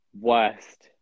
worst